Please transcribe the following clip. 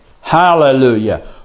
Hallelujah